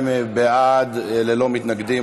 22 בעד, ללא מתנגדים.